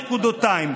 נקודתיים,